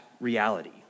reality